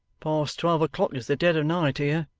past twelve o'clock is the dead of night here